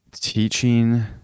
teaching